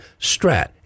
Strat